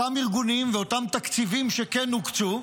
אותם ארגונים ואותם תקציבים שכן הוקצו,